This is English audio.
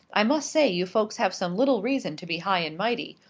i must say you folks have some little reason to be high and mighty.